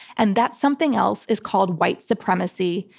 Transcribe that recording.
and that something else is called white supremacy.